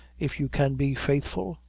if you can be faithful?